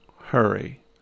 hurry